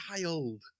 child